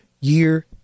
year